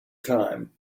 time